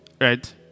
right